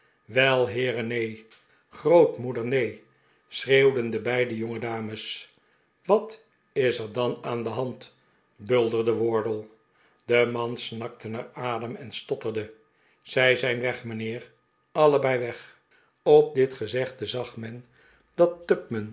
wel heere neen grootmoeder neen schreeuwden de beide jongedames wat is er dan aan de hand bulderde wardle de man snakte naar adem en stotterde zij zijn weg mijnheer allebei weg op dit gezegde zag men dat